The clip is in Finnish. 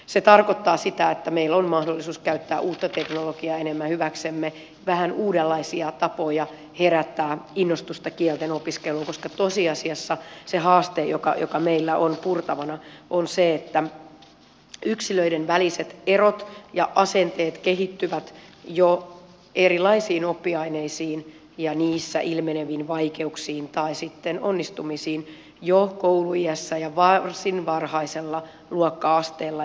se tarkoittaa sitä että meillä on mahdollisuus käyttää uutta teknologiaa enemmän hyväksemme vähän uudenlaisia tapoja herättää innostusta kieltenopiskeluun koska tosiasiassa se haaste joka meillä on purtavana on se että yksilöiden väliset erot ja asenteet kehittyvät erilaisiin oppiaineisiin ja niissä ilmeneviin vaikeuksiin tai sitten onnistumisiin jo kouluiässä ja varsin varhaisella luokka asteella